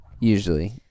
Usually